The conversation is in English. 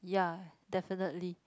ya definitely